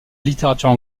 littérature